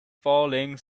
falling